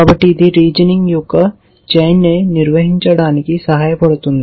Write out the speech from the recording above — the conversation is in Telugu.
కాబట్టి ఇది రీజనింగ యొక్క చైన్ ని నిర్వహించడానికి సహాయపడుతుంది